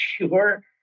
sure